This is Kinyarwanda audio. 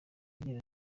agira